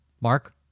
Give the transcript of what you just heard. Mark